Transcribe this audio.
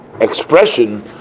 expression